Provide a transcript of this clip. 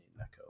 echo